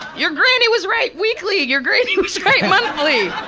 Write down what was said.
your granny was right weekly! your granny was right monthly!